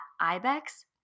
Ibex